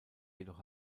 jedoch